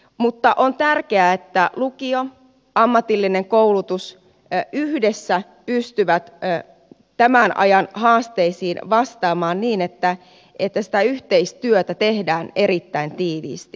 mutta on tärkeää että lukio ja ammatillinen koulutus yhdessä pystyvät tämän ajan haasteisiin vastaamaan niin että sitä yhteistyötä tehdään erittäin tiiviisti